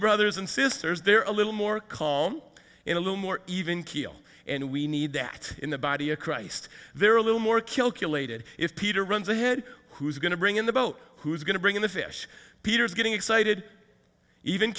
brothers and sisters they're a little more call in a little more even keel and we need to act in the body of christ they're a little more kill kill lated if peter runs ahead who is going to bring in the boat who's going to bring in the fish peter is getting excited even